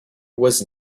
was